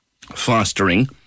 fostering